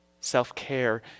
Self-care